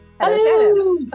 Hello